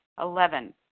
Eleven